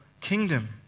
kingdom